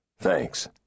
Thanks